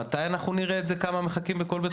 מתי אנחנו נראה את זה כמה מחכים בכל בית חולים?